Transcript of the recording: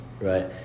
right